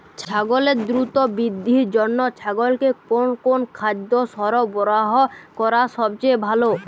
ছাগলের দ্রুত বৃদ্ধির জন্য ছাগলকে কোন কোন খাদ্য সরবরাহ করা সবচেয়ে ভালো?